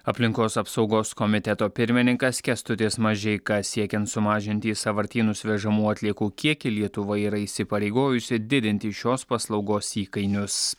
aplinkos apsaugos komiteto pirmininkas kęstutis mažeika siekiant sumažinti į sąvartynus vežamų atliekų kiekį lietuva yra įsipareigojusi didinti šios paslaugos įkainius